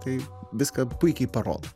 tai viską puikiai parodo